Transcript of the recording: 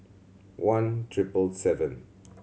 one triple seven